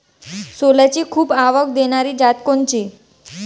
सोल्याची खूप आवक देनारी जात कोनची?